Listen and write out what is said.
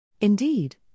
Indeed